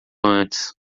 antes